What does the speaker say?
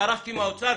דרשתי מהאוצר,